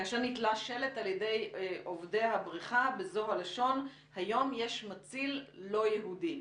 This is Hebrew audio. כאשר נתלה שלט על ידי עובדי הבריכה בזו הלשון: "היום יש מציל לא יהודי".